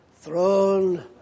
throne